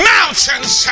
Mountains